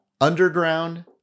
Underground